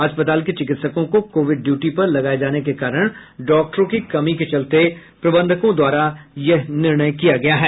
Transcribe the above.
अस्पताल के चिकित्सकों को कोविड ड्यूटी पर लगाये जाने के कारण डॉक्टरों की कमी के चलते प्रबंधकों द्वारा यह निर्णय किया गया है